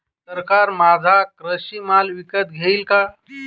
सरकार माझा कृषी माल विकत घेईल का?